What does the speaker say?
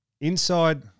Inside